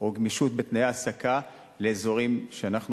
גמישות בתנאי ההעסקה באזורים שאנחנו